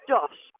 Josh